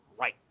Right